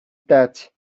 that